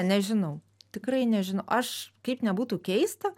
nežinau tikrai nežin aš kaip nebūtų keista